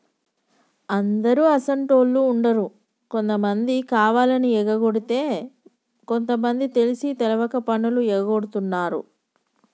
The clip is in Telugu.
అందరు అసోంటోళ్ళు ఉండరు కొంతమంది కావాలని ఎగకొడితే కొంత మంది తెలిసి తెలవక పన్నులు ఎగగొడుతున్నారు